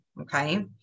Okay